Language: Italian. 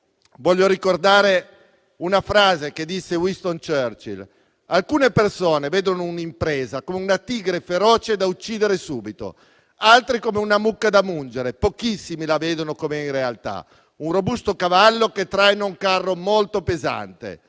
voglio ricordare una frase che disse Winston Churchill: «Alcune persone vedono un'impresa privata come una tigre feroce da uccidere subito, altre come una mucca da mungere, pochissimi la vedono com'è in realtà: un robusto cavallo che traina un carro molto pesante».